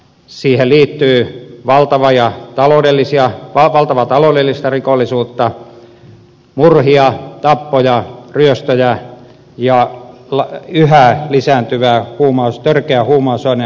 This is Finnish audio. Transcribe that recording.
siihen liittyy valtavaa taloudellista rikollisuutta murhia tappoja ryöstöjä ja yhä lisääntyvää törkeää huumausaine ja muuta rikollisuutta